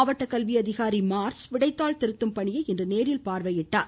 மாவட்ட கல்வி அதிகாரி மார்ஸ் விடைத்தாள் திருத்தும் பணியை நேரில் பார்வையிட்டார்